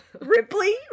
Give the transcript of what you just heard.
Ripley